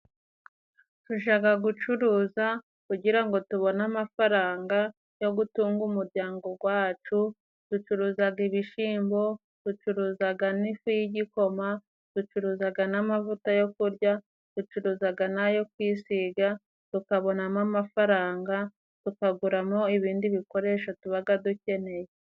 Tujaga gucuruza kugira ngo tubone amafaranga yo gutunga umuryango gwacu. Ducuruzaga ibishimbo, ducuruzaga n'ifu y'igikoma, ducuruzaga n'amavuta yo kurya, ducuruzaga nayo kwisiga, tukabonamo amafaranga tukaguramo ibindi bikoresho tubaga dukeneye.